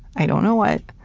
i don't know what.